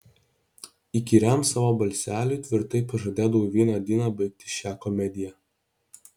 įkyriam savo balseliui tvirtai pažadėdavau vieną dieną baigti šią komediją